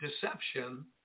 deception